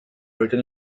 written